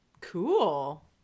cool